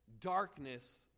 darkness